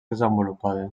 desenvolupades